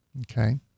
okay